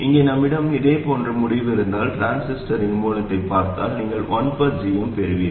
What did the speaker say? இங்கே நம்மிடம் இதே போன்ற முடிவு இருந்தால் டிரான்சிஸ்டரின் மூலத்தைப் பார்த்தால் நீங்கள் 1gm பெறுவீர்கள்